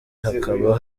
hakaba